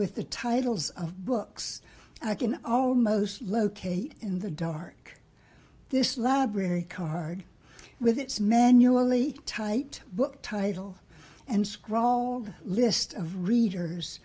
with the titles of books i can almost locate in the dark this library card with its manually tight book title and scrawled list of readers